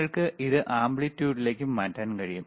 നിങ്ങൾക്ക് ഇത് ആംപ്ലിറ്റ്യൂഡിലേക്ക് മാറ്റാൻ കഴിയും